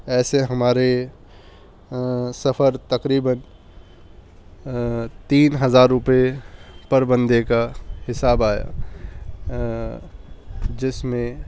ایسے ہمارے سفر تقریباً تین ہزار روپے پر بندے کا حساب آیا جس میں